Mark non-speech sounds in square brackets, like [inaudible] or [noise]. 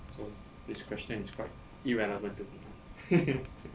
so this question is quite irrelevant to me [laughs]